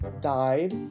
died